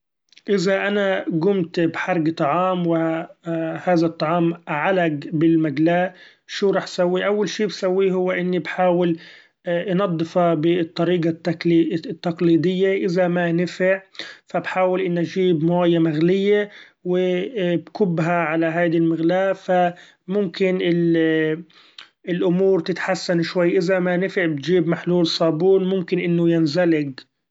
إذا أنا قمت بحرق طعام وهذا الطعام علق بالمقلاة شو راح سوي؟ أول شي بسويه هو إني بحأول نضفا بالطريقة التقليدية ، إذا ما نفع فبحأول إني اچيب موية مغلية وبكبها علي هذه المقلاة ، ف ممكن الامور تتحسن شوي إذا ما نفع بتچيب محلول صابون ممكنه إنه ينزلج.